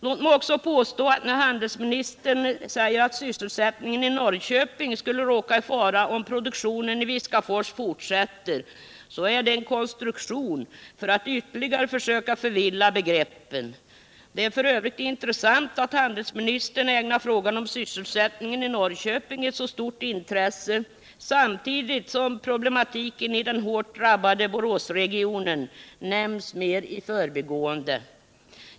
Låt mig också påstå att när handelsministern säger att sysselsättningen i Norrköping skulle råka i fara om produktionen i Viskafors fortsätter är det en konstruktion för att ytterligare försöka förvilla begreppen. Det är f.ö. intressant att handelsministern ägnar frågan om sysselsättningen i Norrköping ett så stort intresse samtidigt som problematiken i den hårt drabbade Boråsregionen nämns mer i förbigående.